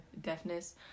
deafness